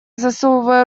засовывая